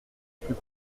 plus